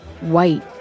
white